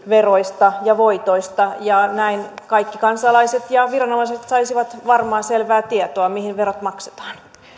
veroista ja voitoista tulisivat julkisiksi näin kaikki kansalaiset ja viranomaiset saisivat varmaa selvää tietoa mihin verot maksetaan